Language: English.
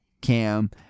Cam